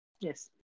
Yes